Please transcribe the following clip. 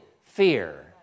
fear